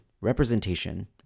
representation